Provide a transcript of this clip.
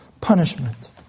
punishment